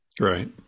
Right